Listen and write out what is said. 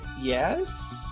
Yes